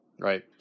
right